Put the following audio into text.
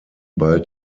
bald